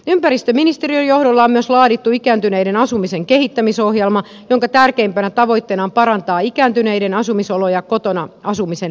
ympäristöministeriön johdolla on myös laadittu ikääntyneiden asumisen kehittämisohjelma jonka tärkeimpänä tavoitteena on parantaa ikääntyneiden asumis oloja kotona asumisen lisäämiseksi